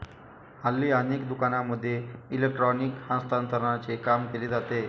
हल्ली अनेक दुकानांमध्ये इलेक्ट्रॉनिक हस्तांतरणाचे काम केले जाते